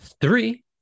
Three